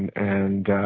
and and